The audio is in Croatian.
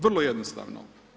Vrlo jednostavno.